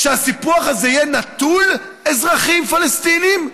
הסיפוח הזה יהיה נטול אזרחים פלסטינים?